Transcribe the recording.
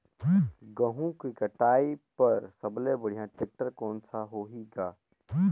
गहूं के कटाई पर सबले बढ़िया टेक्टर कोन सा होही ग?